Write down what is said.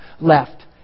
left